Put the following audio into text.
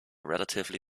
relatively